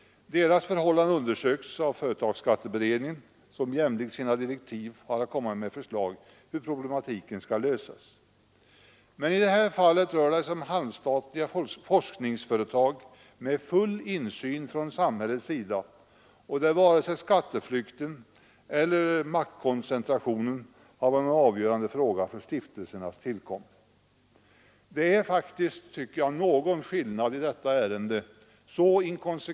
Deras förhållanden undersöks av företagsskatteberedningen, som jämlikt sina direktiv har att lägga fram förslag till hur den problematiken skall lösas. I det här fallet rör det sig om halvstatliga forskningsföretag med full insyn från samhällets sida, där varken skatteflykten eller maktkoncentrationen har varit avgörande för stiftelsernas tillkomst. Skatteutskottet är inte så inkonsekvent som herr Berndtson anför.